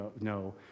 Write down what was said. no